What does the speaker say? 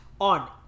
on